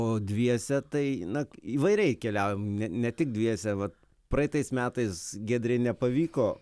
o dviese tai na įvairiai keliaujam ne ne tik dviese va praeitais metais giedrei nepavyko